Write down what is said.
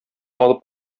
алып